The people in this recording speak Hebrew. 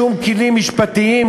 שום כלים משפטיים,